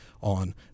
on